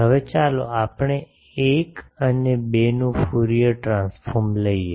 હવે ચાલો આપણે 1 અને 2 નું ફ્યુરિયર ટ્રાન્સફોર્મ લઈએ